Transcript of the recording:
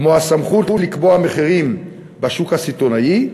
כמו הסמכות לקבוע מחירים בשוק הסיטונאי.